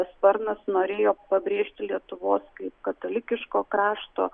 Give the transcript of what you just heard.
sparnas norėjo pabrėžti lietuvos kaip katalikiško krašto